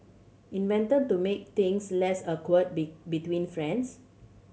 invented to make things less awkward be between friends